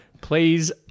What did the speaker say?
Please